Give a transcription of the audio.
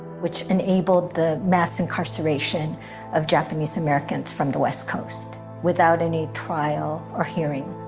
which enabled the mass incarceration of japanese americans from the west coast without any trial or hearing.